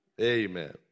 Amen